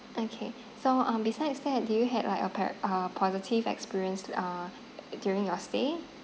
okay so um besides that did you have like a po~ uh positive experience uh during your stay